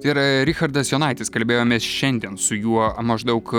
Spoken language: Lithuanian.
tai yra richardas jonaitis kalbėjomės šiandien su juo maždaug